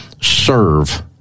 serve